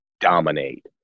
dominate